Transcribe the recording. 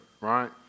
right